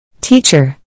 Teacher